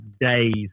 days